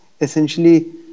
essentially